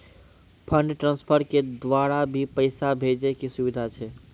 Fund transfer के द्वारा भी पैसा भेजै के सुविधा छै?